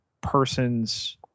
person's